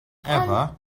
ever